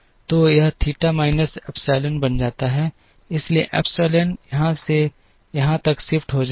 तो यह theta minus epsilon बन जाता है इसलिए एप्सिलॉन यहां से यहां तक शिफ्ट हो जाएगा